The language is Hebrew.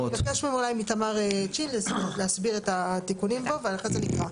נבקש אולי מתמר צ'ין להסביר את התיקונים בו ואחרי זה נקרא.